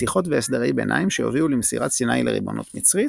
שיחות והסדרי ביניים שיובילו למסירת סיני לריבונות מצרית,